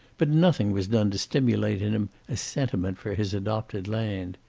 but nothing was done to stimulate in him a sentiment for his adopted land.